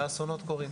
והאסונות קורים.